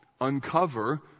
uncover